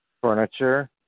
furniture